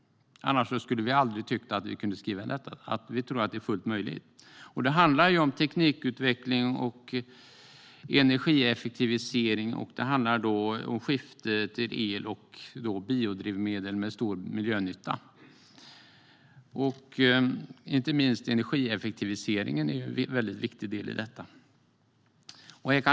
Annars skulle vi aldrig ha tyckt att vi kunde skriva in det målet. Vi tror att det är fullt möjligt. Det handlar om teknikutveckling och energieffektivisering, och det handlar om skifte till el och biodrivmedel med stor miljönytta. Inte minst energieffektiviseringen är en mycket viktig del i detta.